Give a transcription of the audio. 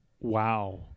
Wow